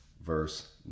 verse